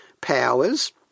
powers